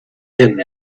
him